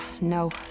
No